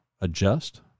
adjust